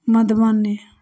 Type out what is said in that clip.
Madhubani